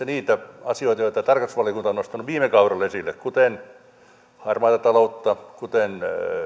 niitä asioita joita tarkastusvaliokunta on nostanut viime kaudella esille kuten harmaata taloutta kuten